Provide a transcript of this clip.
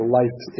life